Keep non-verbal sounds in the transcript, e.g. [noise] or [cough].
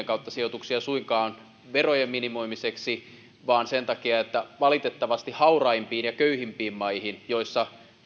[unintelligible] kautta sijoituksia suinkaan verojen minimoimiseksi vaan sen takia että valitettavasti hauraimpiin ja köyhimpiin maihin joissa